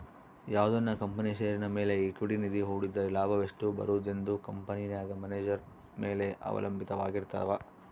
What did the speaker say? ಯಾವುದನ ಕಂಪನಿಯ ಷೇರಿನ ಮೇಲೆ ಈಕ್ವಿಟಿ ನಿಧಿ ಹೂಡಿದ್ದರೆ ಲಾಭವೆಷ್ಟು ಬರುವುದೆಂದು ಕಂಪೆನೆಗ ಮ್ಯಾನೇಜರ್ ಮೇಲೆ ಅವಲಂಭಿತವಾರಗಿರ್ತವ